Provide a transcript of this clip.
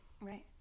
right